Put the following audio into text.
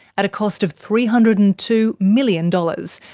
at a cost of three hundred and two million dollars,